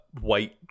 white